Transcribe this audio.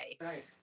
Right